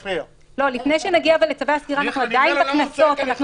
לפני שנגיע לצווי הסגירה, אנחנו עדיין בקנסות.